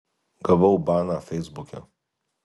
gavau baną feisbuke